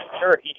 sure